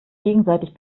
gegenseitig